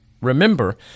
remember